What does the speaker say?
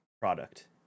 product